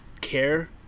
care